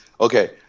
Okay